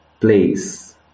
place